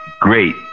great